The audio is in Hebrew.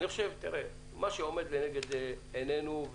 מה שעומד לנגד עינינו,